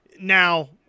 Now